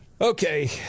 okay